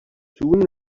soon